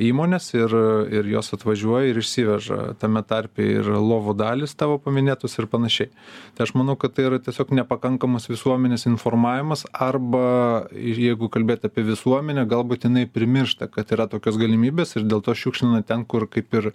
įmones ir ir jos atvažiuoja ir išsiveža tame tarpe ir lovų dalys tavo paminėtos ir panašiai tai aš manau kad tai yra tiesiog nepakankamas visuomenės informavimas arba ir jeigu kalbėt apie visuomenę gal būtinai primiršta kad yra tokios galimybės ir dėl to šiukšlina ten kur kaip ir